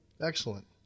Excellent